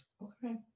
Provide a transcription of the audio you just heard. Okay